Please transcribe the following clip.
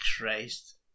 Christ